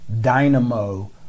dynamo